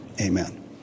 Amen